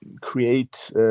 create